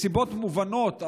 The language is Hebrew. מסיבות מובנות,